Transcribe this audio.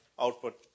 output